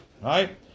Right